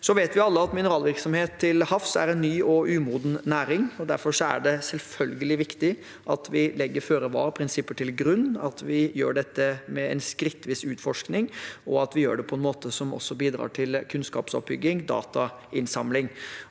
Så vet vi alle at mineralvirksomhet til havs er en ny og umoden næring. Derfor er det selvfølgelig viktig at vi legger føre-var-prinsipper til grunn, at vi gjør dette med en skrittvis utforskning, og at vi gjør det på en måte som også bidrar til kunnskapsoppbygging og datainnsamling.